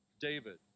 David